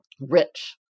rich